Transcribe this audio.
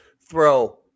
throw